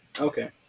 Okay